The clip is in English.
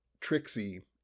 Trixie